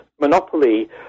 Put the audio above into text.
monopoly